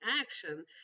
action